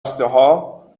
مجوزها